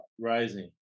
Rising